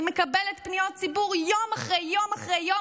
אני מקבלת פניות ציבור יום אחרי יום אחרי יום